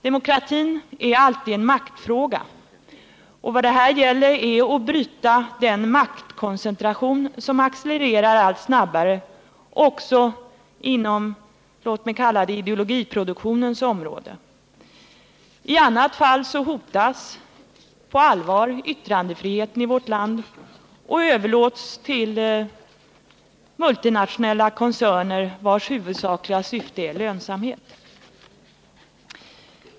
Demokratin är alltid en maktfråga, och vad det här gäller är att bryta den maktkoncentration som accelererar allt snabbare inom låt mig kalla det ideologiproduktionens område. I annat fall hotas på allvar yttrandefriheten i vårt land — den överlåts till multinationella koncerner, vilkas huvudsakliga syfte är lönsamhet.